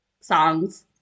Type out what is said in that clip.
songs